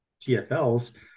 TFLs